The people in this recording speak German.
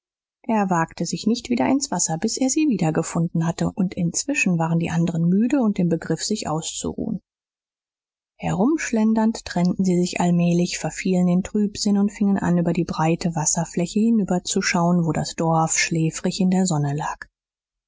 er wagte sich nicht wieder ins wasser bis er sie wiedergefunden hatte und inzwischen waren die anderen müde und im begriff sich auszuruhen herumschlendernd trennten sie sich allmählich verfielen in trübsinn und fingen an über die breite wasserfläche hinüberzuschauen wo das dorf schläfrig in der sonne lag